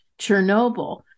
Chernobyl